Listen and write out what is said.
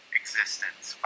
existence